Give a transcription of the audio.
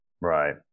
Right